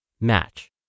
match